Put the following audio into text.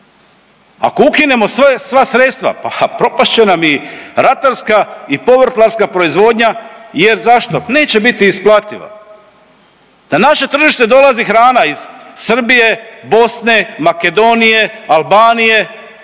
ako ukinemo sve, sva sredstva, pa propast će nam i ratarska i povrtlarska proizvodnja jer zašto? Neće bit isplativa, na naše tržište dolazi hrana iz Srbije, Bosne, Makedonije, Albanije,